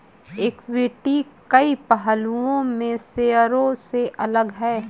equity कई पहलुओं में शेयरों से अलग है